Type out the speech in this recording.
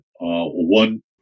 one